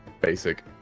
basic